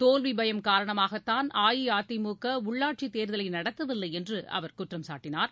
தோல்விபயம் காரணமாகதான் அஇஅதிமுகஉள்ளாட்சித் தேர்தலைநடத்தவில்லைஎன்றுஅவர் குற்றம்சாட்டினார்